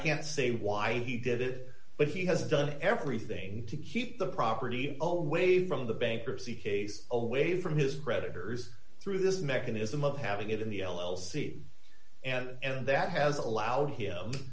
can't say why he did it but he has done everything to keep the property own way from the bankruptcy case away from his creditors through this mechanism of having it in the l l c and that has allowed him